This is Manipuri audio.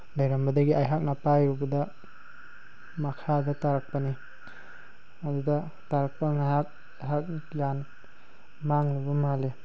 ꯂꯩꯔꯝꯕꯗꯒꯤ ꯑꯩꯍꯥꯛꯅ ꯄꯥꯏꯔꯨꯕꯗ ꯃꯈꯥꯗ ꯇꯥꯔꯛꯄꯅꯤ ꯑꯗꯨꯗ ꯇꯥꯔꯛꯄ ꯉꯥꯏꯍꯥꯛ ꯉꯥꯏꯍꯥꯛ ꯒ꯭ꯌꯥꯟ ꯃꯥꯡꯂꯨꯕ ꯃꯥꯜꯂꯤ